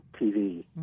TV